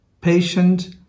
patient